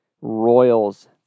Royals